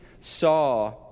saw